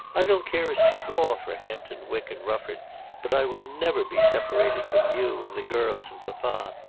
i don't care a straw for hampton wick and rufford but i will never be separated from you and the girls and papa.